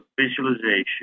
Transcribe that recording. visualization